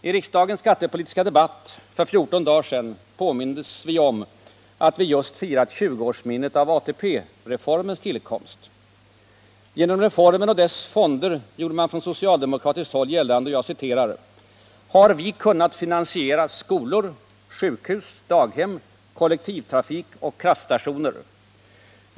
I riksdagens skattepolitiska debatt för 14 dagar sedan påmindes vi om att vi just firat tjugoårsminnet av ATP-reformens tillkomst. Genom reformen och dess fonder — gjorde man på socialdemokratiskt håll gällande — ”har vi kunnat finansiera skolor, sjukhus, daghem, kollektivtrafik och kraftstationer.